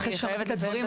אחרי שהוא אמר את הדברים,